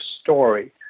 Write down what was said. story